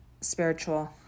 spiritual